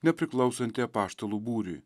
nepriklausantį apaštalų būriui